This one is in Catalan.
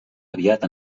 aviat